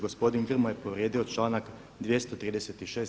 Gospodin Grmoja je povrijedio članak 236.